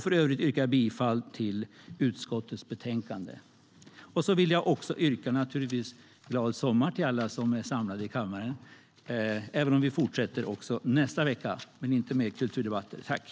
För övrigt yrkar jag bifall till utskottets förslag i betänkandet. Jag vill naturligtvis också önska glad sommar till alla som är samlade i kammaren, även om vi fortsätter också i nästa vecka.